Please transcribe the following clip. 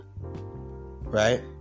right